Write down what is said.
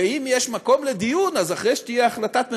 אם יש מקום לדיון, אז אחרי שתהיה החלטת ממשלה,